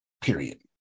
period